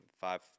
Five